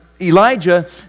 Elijah